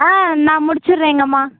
ஆ நான் முடிச்சிடுறேங்கம்மா